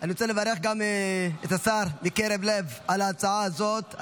אני רוצה לברך גם את השר מקרב לב על ההצעה הזאת.